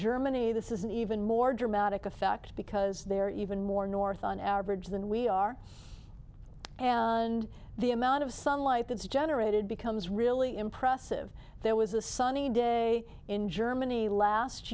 germany this is an even more dramatic effect because they're even more north on average than we are and the amount of sunlight that's generated becomes really impressive there was a sunny day in germany last